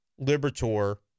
liberator